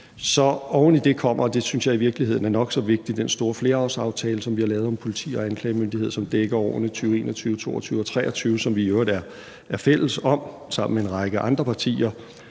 Oven i det kommer, og det synes jeg i virkeligheden er nok så vigtigt, den store flerårsaftale, som vi har lavet om politi og anklagemyndighed, som dækker årene 2021, 2022 og 2023, som vi i øvrigt er fælles om sammen med en række andre partier,